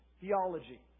theology